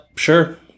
Sure